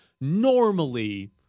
normally